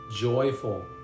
joyful